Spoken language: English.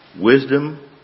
Wisdom